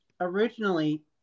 originally